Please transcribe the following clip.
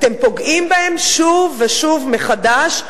אתם פוגעים בהן שוב ושוב מחדש.